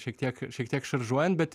šiek tiek šiek tiek šaržuojant bet